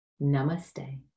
Namaste